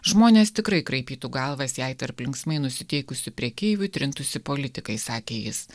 žmonės tikrai kraipytų galvas jei tarp linksmai nusiteikusių prekeivių trintųsi politikai sakė jis